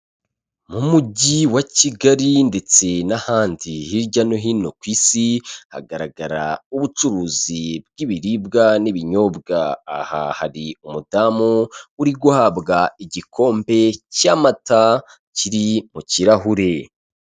Mu mujyi wa Kigali ndetse n'ahandi hirya no hino ku isi hagaragara ubucuruzi bw'ibiribwa n'ibinyobwa, aha hari umudamu uri guhabwa igikombe cy'amata kiri mu kirahure.